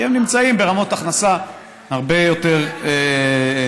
כי הם נמצאים ברמות הכנסה הרבה יותר נמוכות.